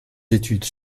études